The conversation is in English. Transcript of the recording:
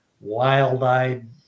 wild-eyed